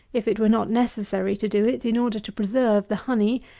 if it were not necessary to do it, in order to preserve the honey,